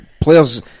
players